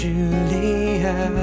Julia